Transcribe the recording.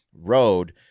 Road